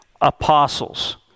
apostles